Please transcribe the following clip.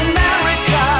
America